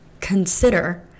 consider